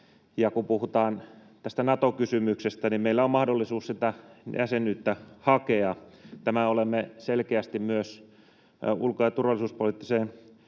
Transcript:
kun puhutaan tästä Nato-kysymyksestä, niin meillä on mahdollisuus sitä jäsenyyttä hakea. Tämän olemme selkeästi myös ulko- ja turvallisuuspoliittiseen